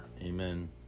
Amen